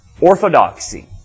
orthodoxy